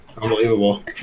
unbelievable